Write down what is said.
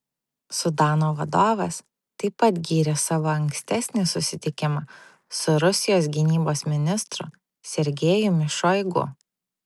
sudano vadovas taip pat gyrė savo ankstesnį susitikimą su rusijos gynybos ministru sergejumi šoigu